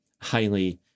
highly